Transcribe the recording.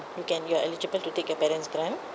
you can you're eligible to take your parents grant